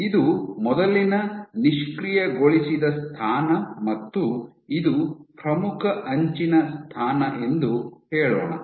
ಇದು ಮೊದಲಿನ ನಿಷ್ಕ್ರಿಯಗೊಳಿಸಿದ ಸ್ಥಾನ ಮತ್ತು ಇದು ಪ್ರಮುಖ ಅಂಚಿನ ಸ್ಥಾನ ಎಂದು ಹೇಳೋಣ